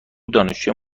دانشجوی